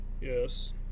yes